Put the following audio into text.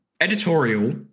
editorial